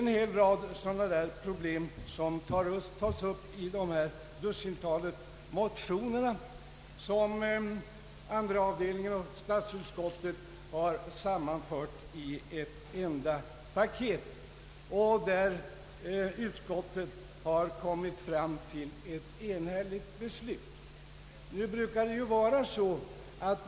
En hel rad sådana problem tas upp i det dussintal motioner som statsutskottets andra avdelning har sammantfört till ett enda paket och där utskottet har kommit fram till ett enhälligt beslut.